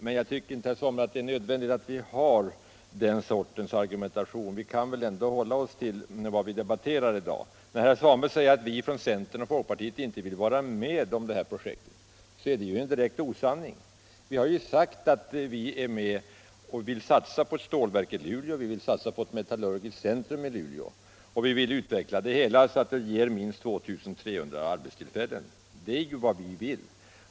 Men jag tycker inte, herr Svanberg, att det är nödvändigt att vi har den sortens argumentation. Vi kan väl ändå hålla oss till den sak vi debatterar i dag. När herr Svanberg säger att vi ifrån centern och folkpartiet inte vill vara med om det här projektet, så är det en direkt osanning. Vi har sagt att vi är med och vill satsa på stålverket och ett metallurgiskt centrum i Luleå och utveckla det hela så att det ger minst 2 300 arbetstillfällen. Det är vad vi vill.